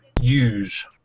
use